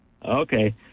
Okay